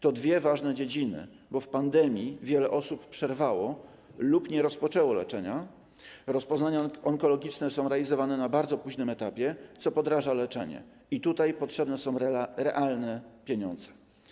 To dwie ważne dziedziny, ponieważ w pandemii wiele osób przerwało lub nie rozpoczęło leczenia, rozpoznania onkologiczne są realizowane na bardzo późnym etapie, co podraża leczenie i tutaj potrzebne są realne pieniądze.